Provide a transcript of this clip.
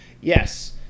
Yes